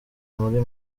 muri